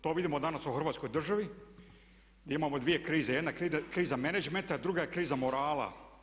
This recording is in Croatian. To vidimo danas u Hrvatskoj državi gdje imamo dvije krize, jedna je kriza menadžmenta, druga je kriza morala.